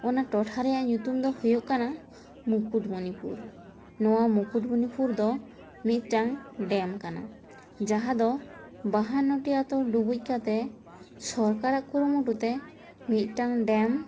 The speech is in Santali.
ᱚᱱᱟ ᱴᱚᱴᱷᱟ ᱨᱮᱭᱟᱜ ᱧᱩᱛᱩᱢ ᱫᱚ ᱦᱩᱭᱩᱜ ᱠᱟᱱᱟ ᱢᱩᱠᱩᱴᱢᱩᱱᱤᱯᱩᱨ ᱱᱚᱣᱟ ᱢᱩᱠᱩᱴᱢᱩᱱᱤᱯᱩᱨ ᱫᱚ ᱢᱤᱫᱴᱟᱝ ᱰᱮᱢ ᱠᱟᱱᱟ ᱡᱟᱦᱟᱸ ᱫᱚ ᱵᱟᱦᱟᱱᱚᱴᱤ ᱟᱛᱳ ᱰᱩᱵᱩᱡ ᱠᱟᱛᱮ ᱥᱚᱨᱠᱟᱨᱟᱜ ᱠᱩᱨᱩᱢᱩᱴᱩ ᱛᱮ ᱢᱤᱫᱴᱟᱝ ᱰᱮᱢ